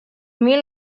mil